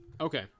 Okay